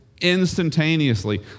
instantaneously